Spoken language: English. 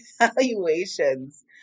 evaluations